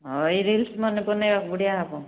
ହଉ ଏଇ ରିଲସ୍ ମାନେ ବନାଇବାକୁ ବଢ଼ିଆ ହବ